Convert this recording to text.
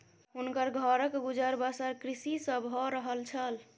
हुनकर घरक गुजर बसर कृषि सॅ भअ रहल छल